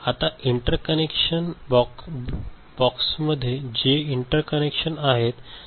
आता इंटरकनेक्षण ब्लॉक्समध्ये जे इंटरकनेक्षण आहेत त्या साठी इंटरकनेक्शन्स स्विच आहेत